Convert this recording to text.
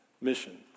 mission